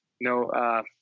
no